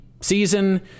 Season